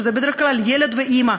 בדרך כלל ילד ואימא,